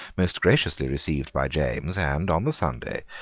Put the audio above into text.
most graciously received by james, and, on the sunday,